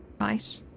right